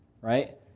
right